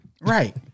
Right